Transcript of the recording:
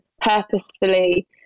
purposefully